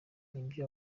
nibyo